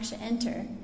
enter